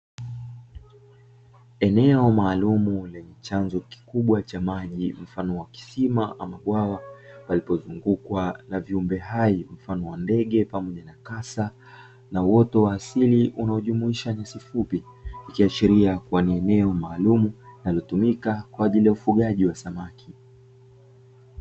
Eneo maalumu lenye chanzo kikubwa cha maji mfano wa kisima ama bwawa, palipozungukwa na viumbe hai mfano wa ndege ama kasa, na uoto wa asili unaojumuisha nyasi fupi. Ikiashiria kuwa ni eneo maalumu linalotumika kwa ajili ya ufugaji wa samaki.